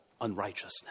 unrighteousness